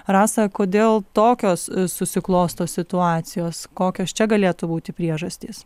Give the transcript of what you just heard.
rasa kodėl tokios susiklosto situacijos kokios čia galėtų būti priežastys